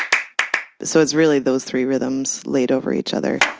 so it's really those three rhythms laid over each other